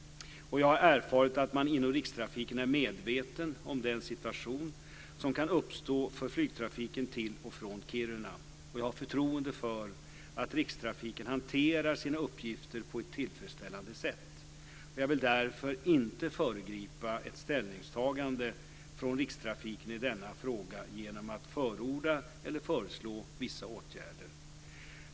Jag har erfarit att man inom Rikstrafiken är medveten om den situation som kan uppstå för flygtrafiken till och från Kiruna. Jag har förtroende för att Rikstrafiken hanterar sina uppgifter på ett tillfredsställande sätt. Jag vill därför inte föregripa ett ställningstagande från Rikstrafiken i denna fråga genom att förorda eller föreslå vissa åtgärder.